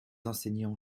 enseignants